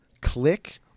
click